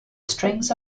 strings